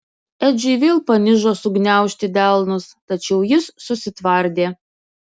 edžiui vėl panižo sugniaužti delnus tačiau jis susitvardė